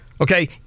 okay